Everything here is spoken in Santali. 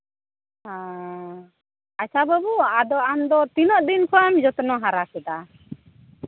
ᱦᱮᱸ ᱟᱪᱪᱷᱟ ᱵᱟᱹᱵᱩ ᱟᱫᱚ ᱟᱢᱫᱚ ᱛᱤᱱᱟᱹᱜ ᱫᱤᱱ ᱠᱷᱚᱱ ᱡᱚᱛᱱᱚ ᱦᱟᱨᱟ ᱠᱮᱫᱟ